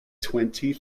twenty